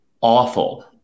awful